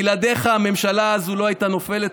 בלעדיך הממשלה הזאת לא הייתה נופלת.